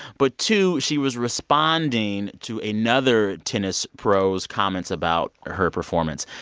but two, she was responding to another tennis pro's comments about her performance.